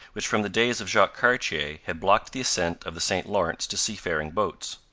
which from the days of jacques cartier had blocked the ascent of the st lawrence to seafaring boats.